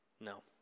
No